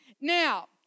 Now